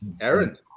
Aaron